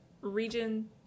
region